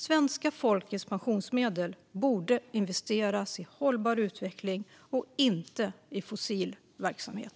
Svenska folkets pensionsmedel borde investeras i hållbar utveckling och inte i fossil verksamhet.